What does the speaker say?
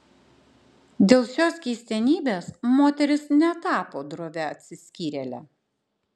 dėl šios keistenybės moteris netapo drovia atsiskyrėle